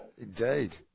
Indeed